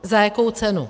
Za jakou cenu?